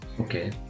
Okay